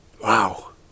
wow